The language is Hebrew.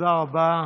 תודה רבה.